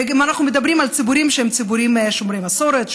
ואם אנחנו מדברים על ציבורים שהם ציבורים שומרי מסורת,